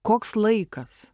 koks laikas